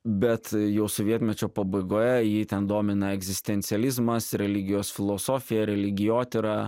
bet jau sovietmečio pabaigoje jį ten domina egzistencializmas religijos filosofija religijotyra